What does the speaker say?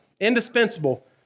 Indispensable